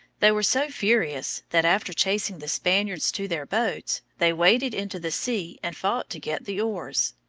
they were so furious that, after chasing the spaniards to their boats, they waded into the sea and fought to get the oars.